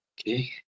Okay